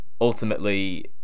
Ultimately